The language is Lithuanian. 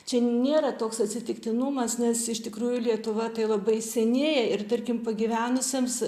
čia nėra toks atsitiktinumas nes iš tikrųjų lietuva tai labai senėja ir tarkim pagyvenusiems